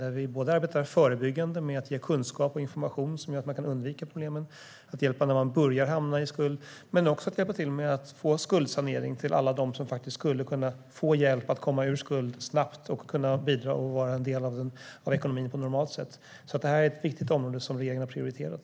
Den innebär dels förebyggande arbete med att ge kunskap och information som gör att man kan undvika problemen och få hjälp när man börjar hamna i skuld, dels att erbjuda skuldsanering till alla dem som faktiskt skulle kunna få hjälp att komma ur skuld snabbt och bidra och vara en del av ekonomin på normalt sätt. Det här är ett viktigt område som regeringen har prioriterat.